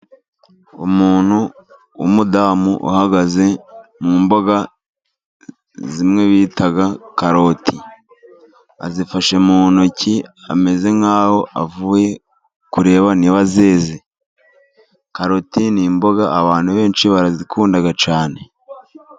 Umuntu w'umudamu uhagaze mu mboga zimwe bita karoti, azifashe mu ntoki ameze nkaho avuye kureba nibazeze, karoti ni imboga abantu benshi barazikunda cyane.